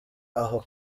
aho